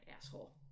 asshole